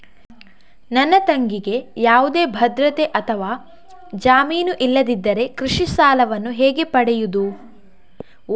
ನನ್ನ ತಂಗಿಗೆ ಯಾವುದೇ ಭದ್ರತೆ ಅಥವಾ ಜಾಮೀನು ಇಲ್ಲದಿದ್ದರೆ ಕೃಷಿ ಸಾಲವನ್ನು ಹೇಗೆ ಪಡೆಯುದು?